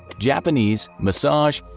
japanese, massage,